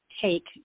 take